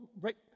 right